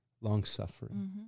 long-suffering